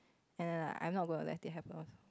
ya ya ya I'm not gonna let it happen also